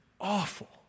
awful